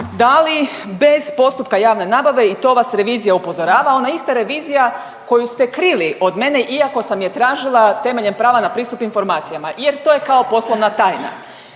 dali bez postupka javne nabave i to vas revizija upozorava, ona ista revizija koju ste krili od mene iako sam je tražila temeljem prava na pristup informacijama jer to je kao poslovna tajna.